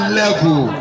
level